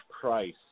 price